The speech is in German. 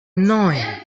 neun